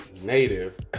native